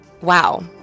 Wow